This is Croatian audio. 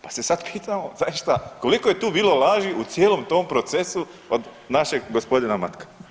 Pa se sada pitamo … [[ne razumije se]] koliko je tu bilo laži u cijelom tom procesu od našeg gospodina Matka.